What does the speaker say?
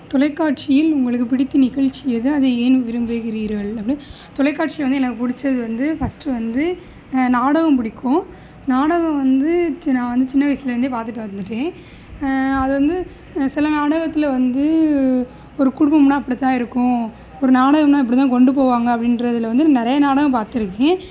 தொலைக்காட்சியில் உங்களுக்கு பிடித்த நிகழ்ச்சி எது அதை ஏன் விரும்புகிறீர்கள் அப்படின்னா தொலைக்காட்சியில் வந்து எனக்கு பிடிச்சது வந்து ஃபஸ்ட்டு வந்து நாடகம் பிடிக்கும் நாடகம் வந்து சி நான் சின்ன வயதுலருந்தே பார்த்துட்டு வந்துட்டேன் அது வந்து சில நாடகத்தில் வந்து ஒரு குடும்பம்னால் அப்படித்தான் இருக்கும் ஒரு நாடகம்னால் இப்படித்தான் கொண்டு போவாங்க அப்படின்றதுல வந்து நிறைய நாடகம் பார்த்திருக்கேன்